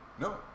no